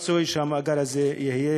לא רצוי שהמאגר הזה יהיה,